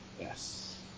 Yes